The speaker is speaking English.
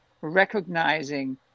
recognizing